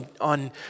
on